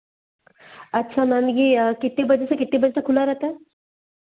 अच्छा मैम यह कितने बजे से कितने बजे तक खुला रहता है